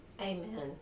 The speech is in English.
amen